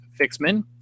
Fixman